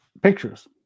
Pictures